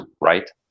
right